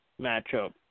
matchup